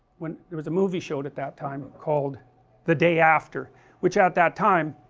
when there was a movie showed at that time called the day after which at that time